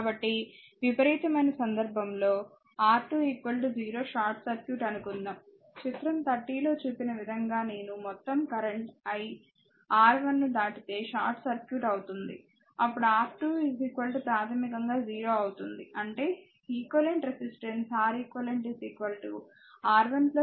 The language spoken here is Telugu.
కాబట్టి విపరీతమైన సందర్భంలో R2 0 షార్ట్ సర్క్యూట్ అనుకుందాం చిత్రం 30 లో చూపిన విధంగా నేను మొత్తం కరెంట్ I R1 ను దాటితే షార్ట్ సర్క్యూట్ అవుతుంది అప్పుడు R2 ప్రాథమికంగా 0 అవుతుంది అంటే equivalent resistance R eq R1 R2 R1 R2